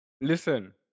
Listen